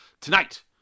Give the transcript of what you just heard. tonight